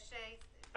יש הסתייגויות.